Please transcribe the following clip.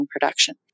production